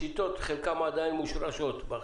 השיטות, חלקן עדיין מושרשות.